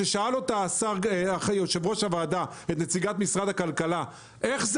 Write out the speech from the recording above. שאל יושב-ראש הוועדה את נציגת משרד הכלכלה "איך זה